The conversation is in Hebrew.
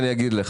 אני אגיד לך.